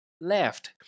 left